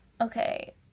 okay